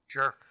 Sure